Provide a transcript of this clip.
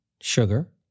sugar